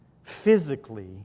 physically